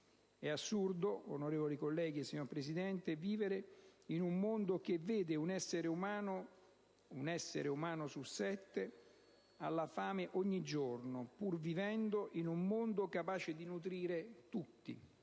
È assurdo, onorevoli colleghi, signora Presidente, vivere in un mondo che vede un essere umano su sette ridotto alla fame ogni giorno, pur vivendo in un mondo capace di nutrire tutti.